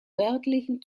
nördlichen